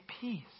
peace